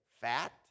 Fat